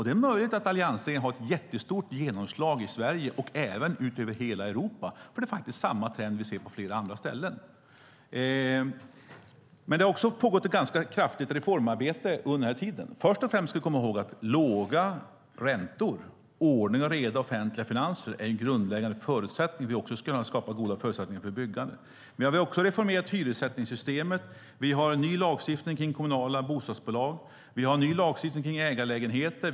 Det är möjligt att alliansregeringen har ett jättestort genomslag i Sverige - och även ut över hela Europa, för det är samma trend vi ser på flera andra ställen. Det har också pågått ett ganska kraftigt reformarbete under denna tid. Först och främst ska vi komma ihåg att låga räntor och ordning och reda i offentliga finanser är en grundläggande förutsättning för att vi ska kunna skapa goda förutsättningar för byggande. Vi har reformerat hyressättningssystemet. Vi har en ny lagstiftning kring kommunala bostadsbolag. Vi har en ny lagstiftning kring ägarlägenheter.